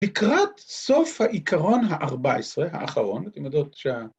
‫לקראת סוף העיקרון ה-14, האחרון, ‫אתם יודעות שה...